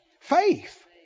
Faith